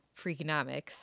Freakonomics